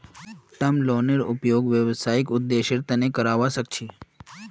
term लोनेर उपयोग व्यावसायिक उद्देश्येर तना करावा सख छी